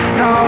no